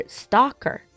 stalker